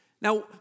Now